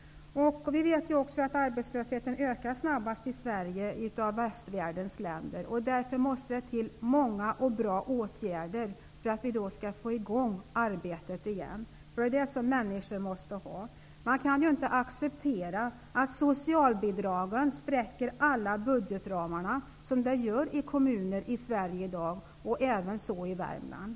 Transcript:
Vi vet ju också att arbetslösheten i västvärldens länder ökar snabbast i Sverige. Därför måste det till många och bra åtgärder för att få i gång arbetet igen. Det är ju arbete människor måste ha. Man kan inte acceptera att socialbidragen spräcker alla budgetramar. Det sker i kommuner i Sverige i dag, bl.a. i Värmland.